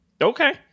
Okay